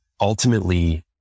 ultimately